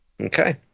Okay